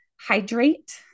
hydrate